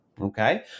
Okay